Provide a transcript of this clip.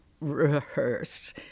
rehearse